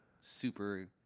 super